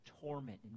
torment